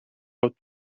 what